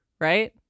right